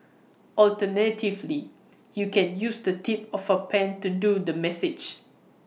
alternatively you can use the tip of A pen to do the massage